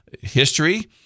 history